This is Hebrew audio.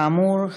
כאמור,